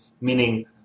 meaning